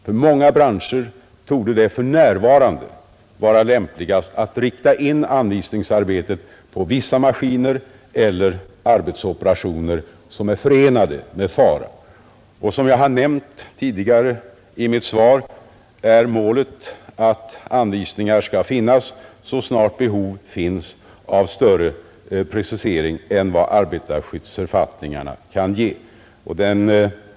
För många branscher torde det för närvarande vara lämpligast att rikta in anvisningsarbetet på vissa maskiner eller arbetsoperationer som är förenade med fara. Som jag nämnt i mitt svar är målet att anvisningar skall finnas så snart behov föreligger av större precisering än vad arbetarskyddsförfattningarna kan ge.